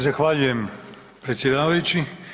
Zahvaljujem predsjedavajući.